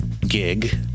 gig